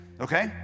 okay